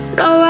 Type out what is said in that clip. no